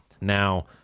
Now